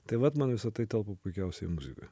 tai vat man visa tai telpa puikiausiai į muziką